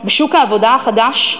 בשוק העבודה החדש,